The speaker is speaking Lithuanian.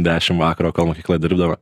dešimt vakaro kol mokykla dirbdavo